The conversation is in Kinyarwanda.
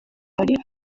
hari